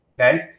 okay